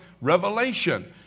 Revelation